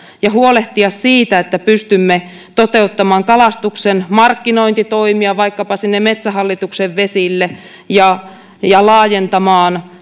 ja huolehtia siitä että pystymme toteuttamaan kalastuksen markkinointitoimia vaikkapa sinne metsähallituksen vesille ja ja laajentamaan